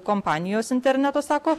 kompanijos interneto sako